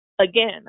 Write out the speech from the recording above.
Again